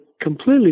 completely